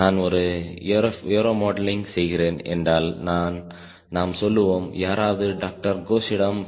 நான் ஒரு aero modelling செய்கிறேன் என்றால் நாம் சொல்லுவோம் யாராவது டாக்டர் கோஷ் டம் Dr